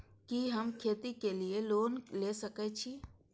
कि हम खेती के लिऐ लोन ले सके छी?